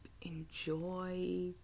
enjoy